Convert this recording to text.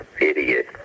idiot